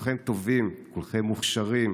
כולכם טובים, כולכם מוכשרים,